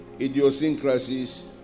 idiosyncrasies